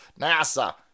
NASA